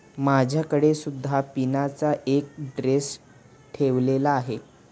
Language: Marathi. माझ्याकडे सुद्धा पिनाचा एक ड्रेस ठेवलेला आहे